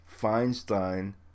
Feinstein